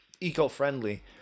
eco-friendly